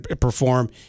perform